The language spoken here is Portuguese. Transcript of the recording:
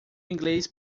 inglês